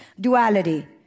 duality